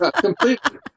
Completely